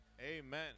Amen